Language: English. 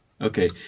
okay